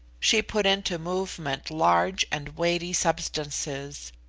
she put into movement large and weighty substances.